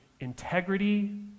integrity